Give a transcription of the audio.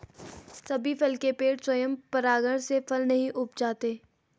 सभी फल के पेड़ स्वयं परागण से फल नहीं उपजाते